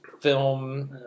film